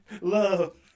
love